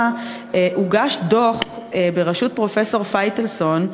הוגש דוח של צוות מומחים בראשות פרופסור פייטלסון,